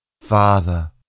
father